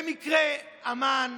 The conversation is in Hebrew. במקרה, המן